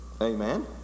amen